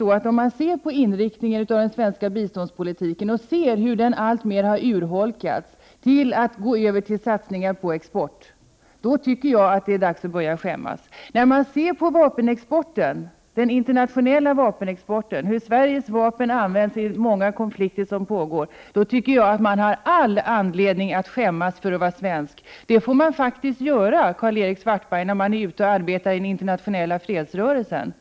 När man ser på inriktningen av svensk biståndspolitik och noterar hur den alltmer har urholkats till att gå över till satsningar på export, då tycker jag att det är dags att börja skämmas. När man ser på vapenexporten och hur Sveriges vapen används i många konflikter, tycker jag att man har all anledning att skämmas för att man är svensk. Det får man faktiskt göra, Karl-Erik Svartberg, när man är ute och arbetar i den internationella fredsrörelsen.